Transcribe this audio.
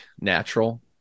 natural